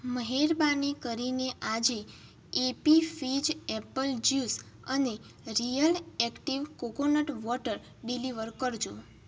મહેરબાની કરીને આજે એપી ફીઝ એપલ જ્યુસ અને Real Activ coconut water deliver કરજો